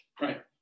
right